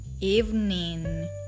evening